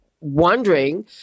wondering